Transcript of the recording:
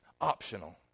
optional